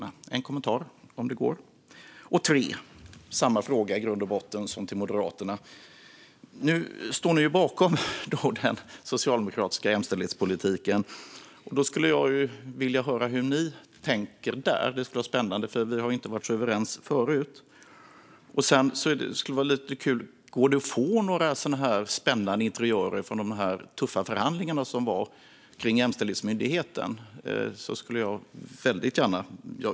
Jag vill gärna få en kommentar till det, om det går. Detta är i grund och botten samma fråga som till Moderaterna. Nu står ni bakom den socialdemokratiska jämställdhetspolitiken. Då vill jag höra hur ni tänker där. Det skulle vara spännande. Vi har nämligen inte varit särskilt överens förut. Det skulle också vara kul att få höra några spännande interiörer från de tuffa förhandlingarna om Jämställdhetsmyndigheten. Går det?